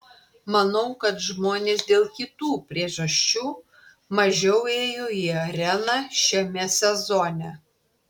manau kad žmonės dėl kitų priežasčių mažiau ėjo į areną šiame sezone